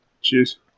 Cheers